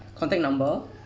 contact number